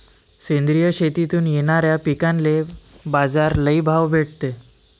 सेंद्रिय शेतीतून येनाऱ्या पिकांले बाजार लई भाव भेटते